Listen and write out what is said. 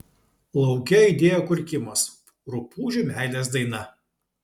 lauke aidėjo kurkimas rupūžių meilės daina